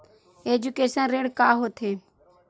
Education ऋण का होथे?